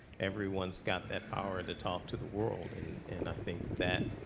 everyone's got that power to talk to the world. and and i think that